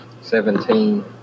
Seventeen